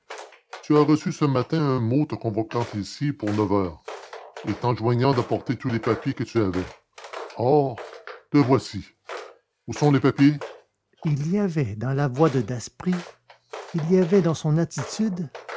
tu as reçu ce matin un mot te convoquant ici pour neuf heures et t'enjoignant d'apporter tous les papiers que tu avais or te voici où sont les papiers il y avait dans la voix de daspry il y avait dans son attitude